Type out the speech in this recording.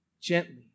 gently